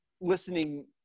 listening